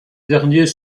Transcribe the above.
derniers